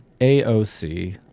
AOC